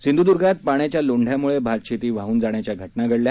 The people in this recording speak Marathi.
सिंधुद्गांत पाण्याच्या लोंद्यामुळे भातशेती वाहून जाण्याच्या घटना घडल्या